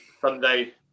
Sunday